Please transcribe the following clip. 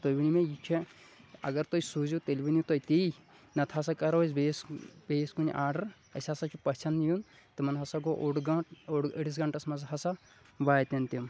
تُہۍ ؤنِو مےٚ یہِ چھا اگر تُہۍ سوٗزِو تیٚلہِ ؤنِو تُہۍ تی نَتہٕ ہَسا کَرَو أسۍ بیٚیِس بیٚیِس کُنہِ آرڈَر اَسہِ ہَسا چھُ پَژھٮ۪ن یُن تِمَن ہَسا گوٚو اوٚڑ گٲنٛٹ اوٚڑ أڑِس گَنٹَس منٛز ہَسا واتن تِم